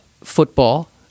Football